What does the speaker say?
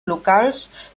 locals